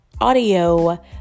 audio